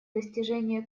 достижение